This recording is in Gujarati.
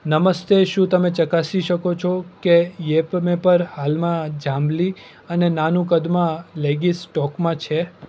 નમસ્તે શું તમે ચકાસી શકો છો કે યેપમે પર હાલમાં જાંબલી અને નાનું કદમાં લેગિંગ્સ સ્ટોકમાં છે